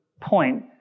point